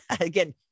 again